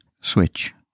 switch